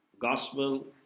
gospel